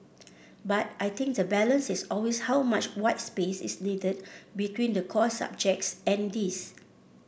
but I think the balance is always how much white space is needed between the core subjects and this